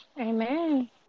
Amen